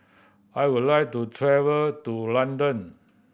I would like to travel to London